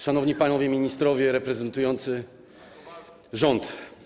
Szanowni Panowie Ministrowie reprezentujący rząd!